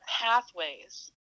pathways